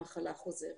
המחלה חוזרת.